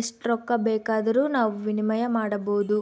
ಎಸ್ಟ್ ರೊಕ್ಕ ಬೇಕಾದರೂ ನಾವು ವಿನಿಮಯ ಮಾಡಬೋದು